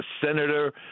senator